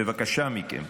בבקשה מכם,